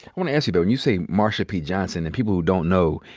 want to ask you though. and you say marsha p. johnson, and people who don't know,